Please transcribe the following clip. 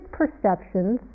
perceptions